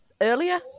earlier